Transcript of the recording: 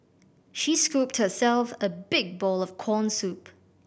she scooped herself a big bowl of corn soup